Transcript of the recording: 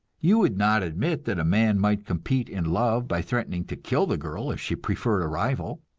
you would not admit that a man might compete in love by threatening to kill the girl if she preferred a rival.